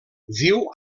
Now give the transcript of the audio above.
viu